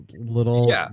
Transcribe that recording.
little